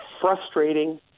frustrating